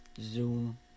Zoom